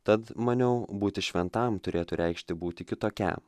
tad maniau būti šventam turėtų reikšti būti kitokia